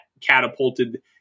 catapulted